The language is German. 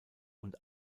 und